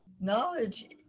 knowledge